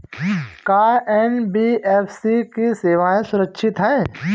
का एन.बी.एफ.सी की सेवायें सुरक्षित है?